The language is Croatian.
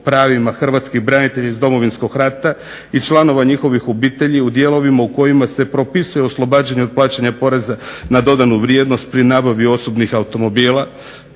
hrvatskih branitelja iz Domovinskog rata i članova njihovih obitelji u dijelovima u kojima se propisuje oslobađanje od plaćanja poreza na dodanu vrijednost pri nabavi osobnih automobila.